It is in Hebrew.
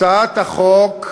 הצעת החוק,